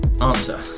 Answer